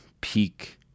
peak